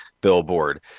billboard